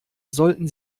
sollten